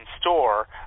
store